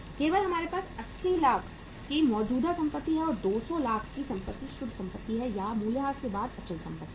केवल हमारे पास 80 लाख की मौजूदा संपत्ति है और 200 लाख की संपत्ति शुद्ध संपत्ति है या मूल्यह्रास के बाद अचल संपत्ति है